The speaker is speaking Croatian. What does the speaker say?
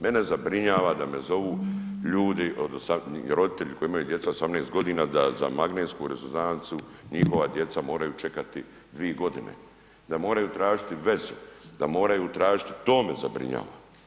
Mene zabrinjava da me zovu ljudi, roditelji koji imaju djeca 18 godina da za magnetsku rezonancu njihova djeca moraju čekati dvije godine, da moraju tražiti vezu, da moraju tražiti, to me zabrinjava.